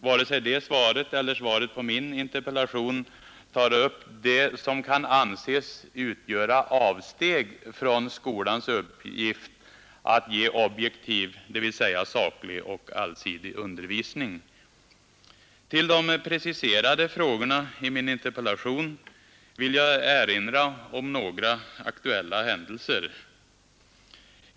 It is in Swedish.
Varken det svaret eller svaret på min interpellation tar upp det som kan anses utgöra avsteg från skolans uppgift att ge objektiv, dvs. saklig och allsidig, undervisning. Till de preciserade frågorna i min interpellation vill jag erinra om några aktuella händelser.